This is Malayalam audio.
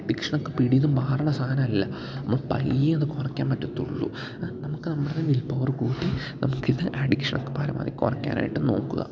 അഡിക്ഷനൊക്കെ പിടി എന്ന് മാറുന്ന സാധനമല്ല നമ്മൾ പയ്യെ ഒന്നു കുറയ്ക്കാൻ പറ്റത്തുള്ളൂ നമ്മൾക്ക് നമ്മുടേത് വിൽപവറ് കൂട്ടി നമുക്ക് ഇത് ആ അഡിക്ഷനൊക്കെ പരമാവധി കുറയ്ക്കാനായിട്ട് നോക്കുക